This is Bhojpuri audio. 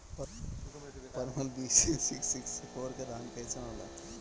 परमल बीज मे सिक्स सिक्स फोर के धान कईसन होला?